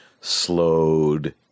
slowed